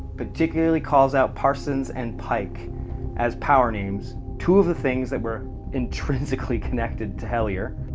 particularly calls out parsons and pike as power names, two of the things that were intrinsically connected to hellier.